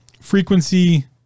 frequency